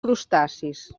crustacis